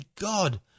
God